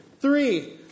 three